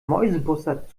mäusebussard